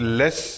less